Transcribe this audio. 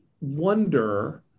wonder